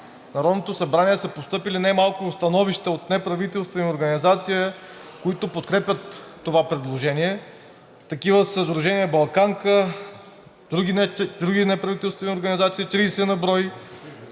на Народното събрание са постъпили немалко становища от неправителствени организации, които подкрепят това предложение. Такива са сдружения „Балканка“, други неправителствени организации – 30 на брой,